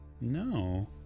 No